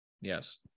Yes